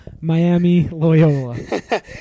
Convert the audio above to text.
Miami-Loyola